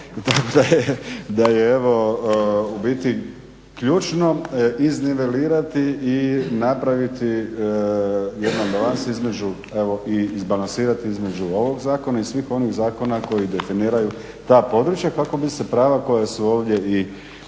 … Da je u biti ključno iznivelirati i napraviti jedan balans i izbalansirati između ovog zakona i svih onih zakona koji definiraju ta područja kako bi se prava koja su ovdje i